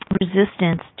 resistance